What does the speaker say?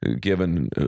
given